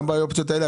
גם באופציות האלה?